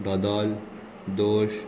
दोदोल दोश